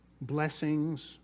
Blessings